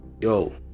yo